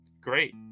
great